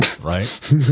right